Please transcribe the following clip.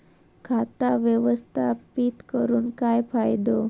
खाता व्यवस्थापित करून काय फायदो?